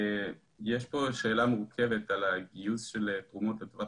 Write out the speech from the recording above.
יש פה שאלה מורכבת על הגיוס של תרומות לטובת